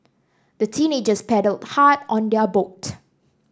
the teenagers paddled hard on their boat